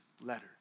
letter